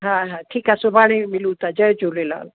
हा हा ठीकु आहे सुभाणे मिलूं था जय झूलेलाल